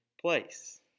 place